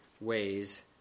ways